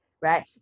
right